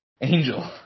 Angel